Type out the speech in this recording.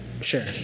Sure